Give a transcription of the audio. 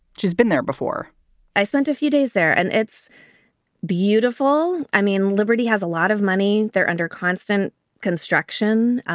she's been there before i spent a few days there and it's beautiful. i mean, liberty has a lot of money. they're under constant construction.